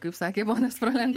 kaip sakė ponia frolenko